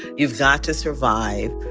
you've got to survive,